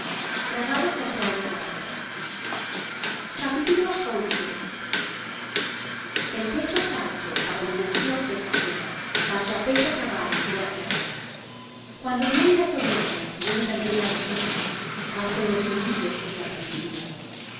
los impíos habla perversidades el peso falso abominación es á jehová mas la pesa cabal le agrada cuando viene la soberbia viene también la deshonra mas con los humildes es la sabiduría la